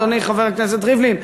אדוני חבר הכנסת ריבלין,